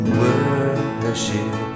worship